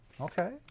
Okay